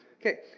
okay